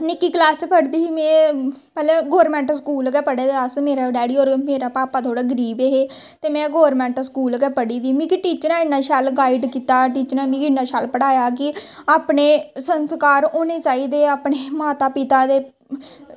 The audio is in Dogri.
निक्की कलास च पढ़दी ही में पैह्लें गौरमैंट स्कूल गै पढ़े दे अस मेरे डैड़ी होर मेरे पापा होर थोह्ड़े गरीब हे ते में गौरमैंट स्कूल गै पढ़ी दी मिकी टीचरें इन्ना शैल गाइड कीता टीचरें मिगी इन्ना शैल पढ़ाया कि अपने संस्कार होने चाहिदे अपने माता पिता दे